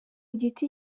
giti